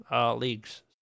leagues